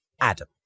Adam